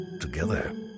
together